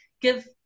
Give